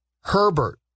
Herbert